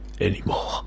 anymore